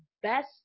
best